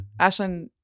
Ashlyn